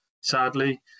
sadly